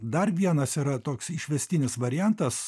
dar vienas yra toks išvestinis variantas